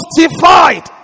Justified